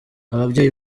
ababyeyi